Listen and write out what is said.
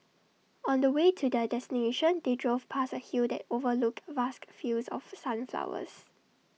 on the way to their destination they drove past A hill that overlooked vast fields of sunflowers